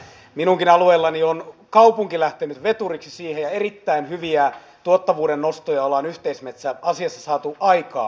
minunkin alueellani on kaupunki lähtenyt veturiksi siihen ja erittäin hyviä tuottavuuden nostoja ollaan yhteismetsäasiassa saatu aikaan